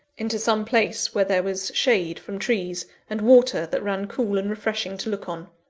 into some place where there was shade from trees, and water that ran cool and refreshing to look on.